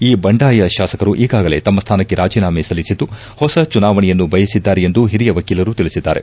ಈ ಬಂಡಾಯ ಶಾಸಕರು ಈಗಾಗಲೇ ತಮ್ಮ ಸ್ದಾನಕ್ಕೆ ರಾಜೀನಾಮೆ ಸಲ್ಲಿಸಿದ್ದು ಹೊಸ ಚುನಾವಣೆಯನ್ನು ಬಯಸಿದ್ದಾರೆ ಎಂದು ಹಿರಿಯ ವಕೀಲರು ತಿಳಿಸಿದ್ದಾರೆ